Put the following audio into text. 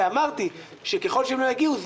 ואמרתי שככל שהם לא יגיעו,